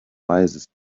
wisest